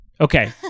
Okay